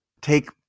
Take